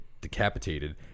decapitated